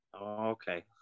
okay